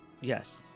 Yes